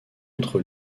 entre